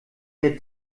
der